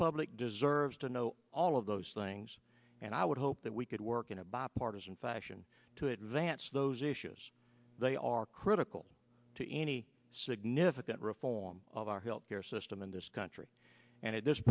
public deserves to know all of those things and i would hope that we could work in a bipartisan fashion to advance those issues they are critical to any significant reform of our health care system in this country and at this